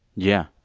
yeah.